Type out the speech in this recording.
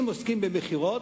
אם עוסקים במכירות,